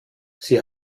sie